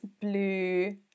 blue